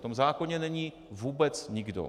V tom zákoně není vůbec nikdo.